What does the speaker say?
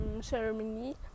ceremony